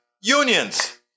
unions